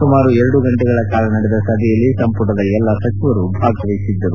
ಸುಮಾರು ಎರಡು ಗಂಟೆಗಳ ಕಾಲ ನಡೆದ ಸಭೆಯಲ್ಲಿ ಸಂಮಟದ ಎಲ್ಲ ಸಚಿವರು ಭಾಗವಹಿಸಿದ್ದರು